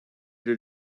did